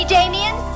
Damien